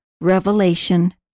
Revelation